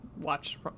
watch